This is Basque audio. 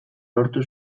lortu